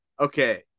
okay